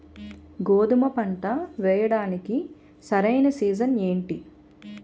గోధుమపంట వేయడానికి సరైన సీజన్ ఏంటి?